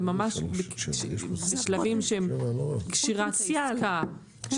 זה ממש בשלבים שהם קשירת עסקה -- פוטנציאל.